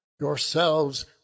yourselves